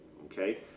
Okay